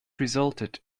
resulted